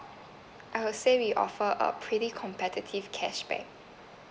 I would say we offer a pretty competitive cashback